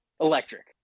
Electric